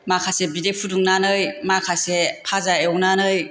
माखासे बिदै फुदुंनानै माखासे फाजा एवनानै